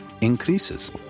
increases